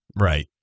right